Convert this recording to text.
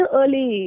early